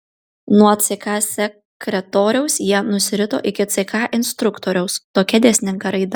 nuo ck sekretoriaus jie nusirito iki ck instruktoriaus tokia dėsninga raida